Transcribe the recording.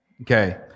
Okay